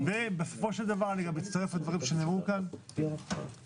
ובסופו של דבר אני גם מצטרף לדברים שנאמרו כאן כן,